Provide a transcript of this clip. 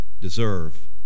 deserve